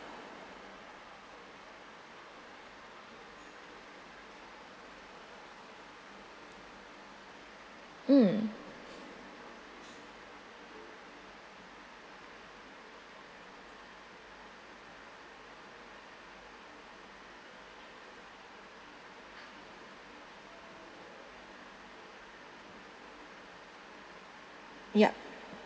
mm ya